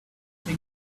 take